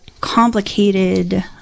complicated